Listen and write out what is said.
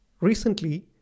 Recently